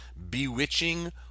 Bewitching